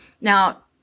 Now